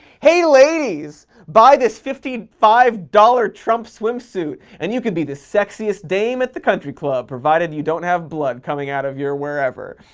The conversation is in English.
hey, ladies, buy this fifty five dollars trump swimsuit and you could be the sexiest dame at the country club provided you don't have blood coming out of your wherever.